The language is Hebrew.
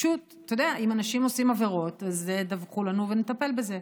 אם אנשים עושים עבירות, דווחו לנו ונטפל בזה.